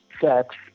sex